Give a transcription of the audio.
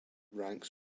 ranks